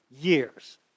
years